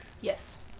Yes